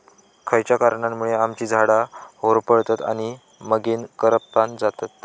खयच्या कारणांमुळे आम्याची झाडा होरपळतत आणि मगेन करपान जातत?